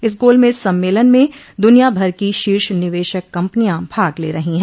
इस गोलमेज सम्मेलन में दुनियाभर की शीर्ष निवेशक कम्पनियां भाग ले रही है